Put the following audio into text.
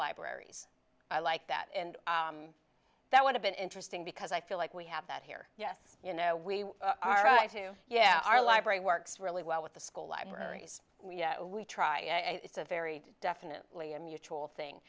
libraries i like that and that would have been interesting because i feel like we have that here yes you know we are right to yeah our library works really well with the school libraries we try it's a very definitely a mutual thing